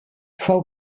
fou